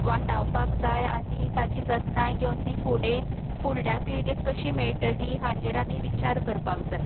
वाटावपाक जाय आनी ताची जतनाय घेवन ती फुडें फुडल्या पिळगेक कशी मेळटली हाचेर आमी विचार करपाक जाय